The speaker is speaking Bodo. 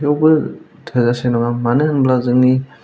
थेउबो थोजासे नङा मानो होनब्ला जोंनि